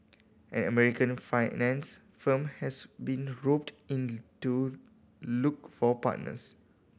an American finance firm has been roped in to look for partners